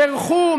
בירכו,